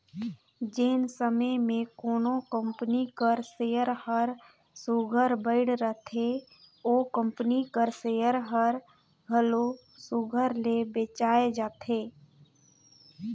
जेन समे में कोनो कंपनी कर सेयर हर सुग्घर बइढ़ रहथे ओ कंपनी कर सेयर हर घलो सुघर ले बेंचाए जाथे